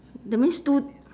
that means two